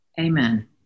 Amen